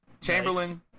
Chamberlain